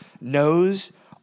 knows